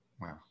Wow